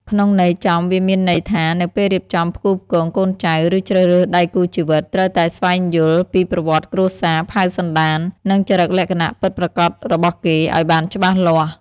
ក្នុងន័យចំវាមានន័យថា នៅពេលរៀបចំផ្គូផ្គងកូនចៅ ឬជ្រើសរើសដៃគូជីវិត ត្រូវតែស្វែងយល់ពីប្រវត្តិគ្រួសារ ផៅសន្តាន និងចរិតលក្ខណៈពិតប្រាកដរបស់គេ ឱ្យបានច្បាស់លាស់។